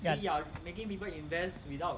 ya